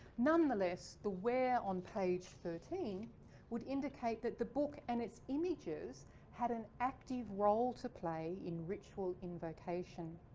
nonetheless the wear on page thirteen would indicate that the book and its images had an active role to play in ritual invocation.